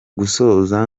gusoza